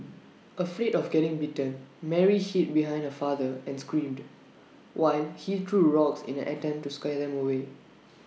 afraid of getting bitten Mary hid behind her father and screamed while he threw rocks in an attempt to scare them away